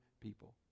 people